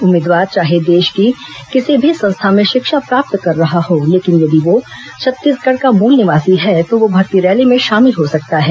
उम्मीदवार चाहे देश के किसी भी संस्था में शिक्षा प्राप्त कर रहा हो लेकिन यदि वह छत्तीसगढ़ का मूल निवासी है तो वह भर्ती रैली में शामिल हो सकता है